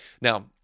Now